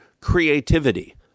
creativity